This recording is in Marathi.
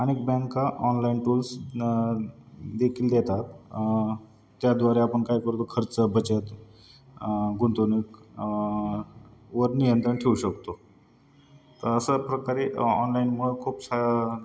अनेक बँका ऑनलाईन टूल्स देखील देतात त्याद्वारे आपण काय करतो खर्च बचत गुंतवणूकवर नियंत्रण ठेऊ शकतो अशा प्रकारे ऑनलाईनमुळं खूप सा